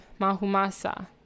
Mahumasa